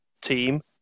team